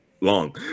long